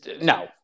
no